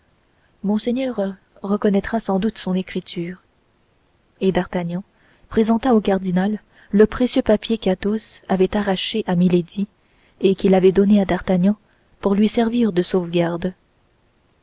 monseigneur reconnaîtra sans doute son écriture et d'artagnan présenta au cardinal le précieux papier qu'athos avait arraché à milady et qu'il avait donné à d'artagnan pour lui servir de sauvegarde